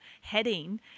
heading